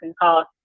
cost